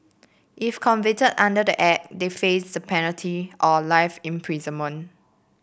if convicted under the Act they face the penalty or life imprisonment